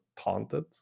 Taunted